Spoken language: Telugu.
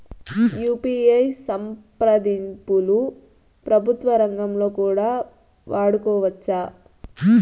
యు.పి.ఐ సంప్రదింపులు ప్రభుత్వ రంగంలో కూడా వాడుకోవచ్చా?